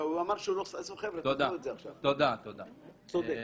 אני אומר פה --- זאת הערה צינית של משרד הבריאות,